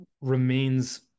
remains